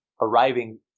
arriving